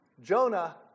Jonah